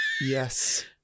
Yes